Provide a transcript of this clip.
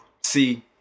See